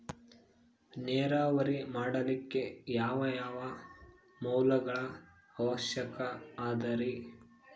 ನೇರಾವರಿ ಮಾಡಲಿಕ್ಕೆ ಯಾವ್ಯಾವ ಮೂಲಗಳ ಅವಶ್ಯಕ ಅದರಿ?